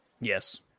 Yes